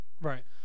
Right